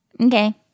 Okay